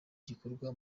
gikorwa